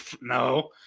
no